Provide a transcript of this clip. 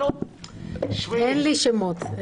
אין לי שמות.